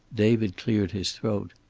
david cleared his throat.